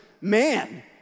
man